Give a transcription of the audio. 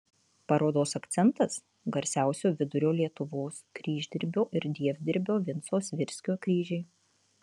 parodos akcentas garsiausio vidurio lietuvos kryždirbio ir dievdirbio vinco svirskio kryžiai